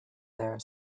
there